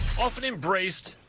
often embraced.